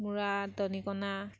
মুৱা দনিকণা